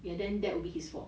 ya then that will be his fault